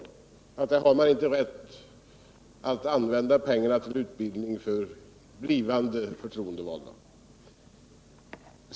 Man har inte rätt att använda pengarna till utbildning för blivande förtroendevalda.